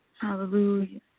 Hallelujah